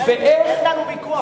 לא, אין לנו ויכוח על זה.